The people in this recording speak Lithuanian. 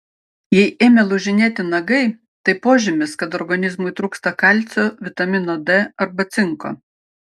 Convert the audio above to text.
jei ėmė lūžinėti nagai tai požymis kad organizmui trūksta kalcio vitamino d arba cinko